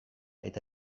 eta